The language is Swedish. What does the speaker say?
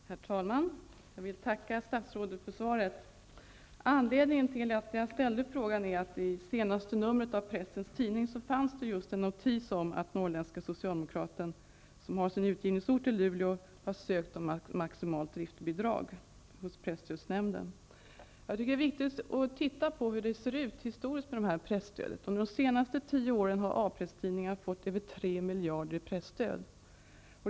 Herr talman! Jag vill tacka statsrådet för svaret. Anledningen till att jag ställde frågan är att det i senaste numret av Pressens Tidning finns en notis om att Norrländska Socialdemokraten, som har sin utgivningsort i Luleå, har ansökt om maximalt driftsbidrag hos presstödsnämnden. Det är viktigt att vi tittar på hur presstödet ser ut historiskt. Under de senaste tio åren har A presstidningarna fått över 3 miljarder i presstöd.